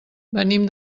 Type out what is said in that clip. venim